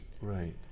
right